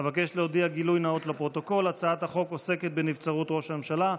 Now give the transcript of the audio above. אבקש להודיע גילוי נאות לפרוטוקול: הצעת החוק עוסקת בנבצרות ראש הממשלה,